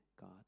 God